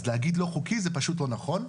אז להגיד "לא חוקי" זה פשוט לא נכון.